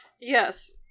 Yes